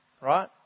right